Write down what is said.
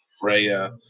Freya